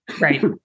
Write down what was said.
Right